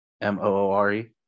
M-O-O-R-E